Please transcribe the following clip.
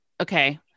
okay